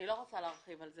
אני לא רוצה להרחיב על זה.